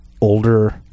older